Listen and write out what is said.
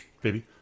baby